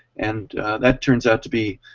and that turns out to be,